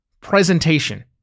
presentation